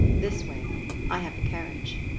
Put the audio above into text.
this way i have the carriage,